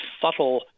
subtle